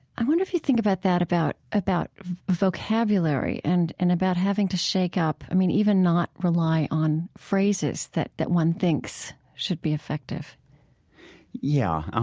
i wonder if you think about that, about about vocabulary and and about having to shake up, i mean, even not rely on phrases that that one thinks should be effective yeah.